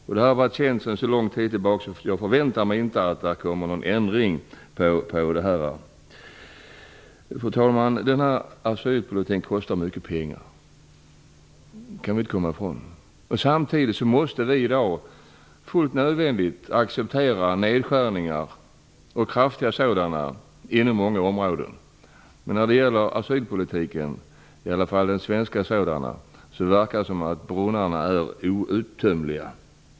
Detta har varit känt så länge att jag inte förväntar mig någon ändring av detta. Asylpolitiken kostar mycket pengar. Det kan vi inte komma ifrån. Samtidigt måste vi i dag, helt nödvändigtvis, acceptera kraftiga nedskärningar inom många områden. Men när det gäller asylpolitiken, i alla fall den svenska, verkar det som om brunnarna är outtömliga.